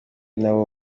nabo